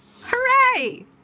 Hooray